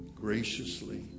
graciously